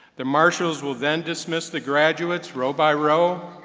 the marshals will then dismiss the graduates row by row.